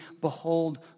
behold